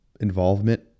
involvement